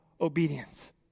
obedience